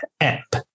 app